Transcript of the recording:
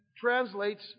translates